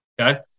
Okay